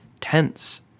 tense